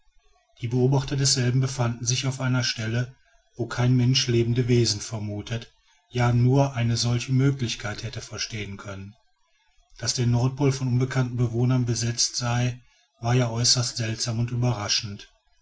die beobachter desselben befanden sich auf einer stelle wo kein mensch lebende wesen vermutet ja nur eine solche möglichkeit hätte verstehen können daß der nordpol von unbekannten bewohnern besetzt sei war ja äußerst seltsam und überraschend